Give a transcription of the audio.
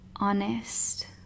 honest